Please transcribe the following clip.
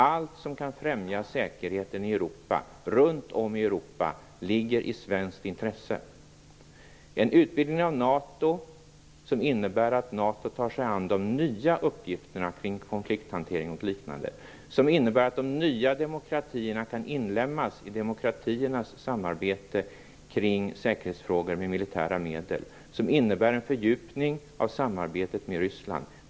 Allt som kan främja säkerheten runt om i Europa ligger i svenskt intresse. Vi bör verka aktivt för en utvidgning av NATO som innebär att NATO tar sig an nya uppgifter, t.ex. konflikthantering, som innebär att de nya demokratierna kan inlemmas i demokratiernas samarbete kring säkerhetsfrågor med militära medel och som innebär en fördjupning av samarbetet med Ryssland.